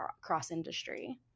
cross-industry